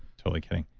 totally kidding.